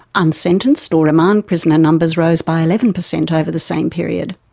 unsentenced or remand prisoner numbers rose by eleven percent over the same period.